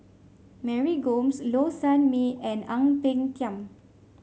Mary Gomes Low Sanmay and Ang Peng Tiam